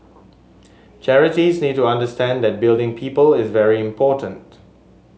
charities need to understand that building people is very important